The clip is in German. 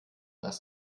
was